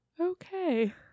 Okay